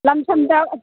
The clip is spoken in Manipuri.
ꯂꯝꯁꯝꯗ